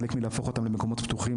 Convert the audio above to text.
חלק מלהפוך אותן למקומות פתוחים,